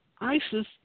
ISIS